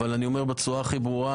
אבל אני אומר בצורה הכי ברורה,